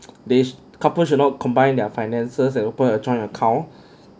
these couples should not combine their finances and opened a joint account